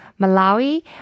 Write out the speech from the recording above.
Malawi